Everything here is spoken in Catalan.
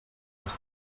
dels